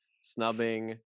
snubbing